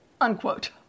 Unquote